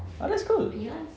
ah that's cool